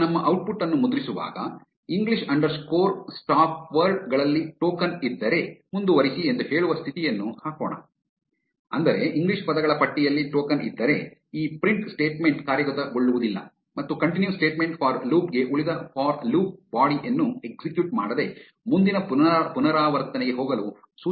ಈಗ ನಮ್ಮ ಔಟ್ಪುಟ್ ಅನ್ನು ಮುದ್ರಿಸುವಾಗ ಇಂಗ್ಲೀಷ್ ಅಂಡರ್ಸ್ಕೋರ್ ಸ್ಟಾಪ್ವರ್ಡ್ ಗಳಲ್ಲಿ ಟೋಕನ್ ಇದ್ದರೆ ಮುಂದುವರಿಸಿ ಎಂದು ಹೇಳುವ ಸ್ಥಿತಿಯನ್ನು ಹಾಕೋಣ ಅಂದರೆ ಇಂಗ್ಲಿಷ್ ಪದಗಳ ಪಟ್ಟಿಯಲ್ಲಿ ಟೋಕನ್ ಇದ್ದರೆ ಈ ಪ್ರಿಂಟ್ ಸ್ಟೇಟ್ಮೆಂಟ್ ಕಾರ್ಯಗತಗೊಳ್ಳುವುದಿಲ್ಲ ಮತ್ತು ಕಂಟಿನ್ಯೂ ಸ್ಟೇಟ್ಮೆಂಟ್ ಫಾರ್ ಲೂಪ್ ಗೆ ಉಳಿದ ಫಾರ್ ಲೂಪ್ ಬಾಡಿ ಯನ್ನು ಎಕ್ಸಿಕ್ಯೂಟ್ ಮಾಡದೆ ಮುಂದಿನ ಪುನರಾವರ್ತನೆಗೆ ಹೋಗಲು ಸೂಚಿಸುತ್ತದೆ